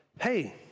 hey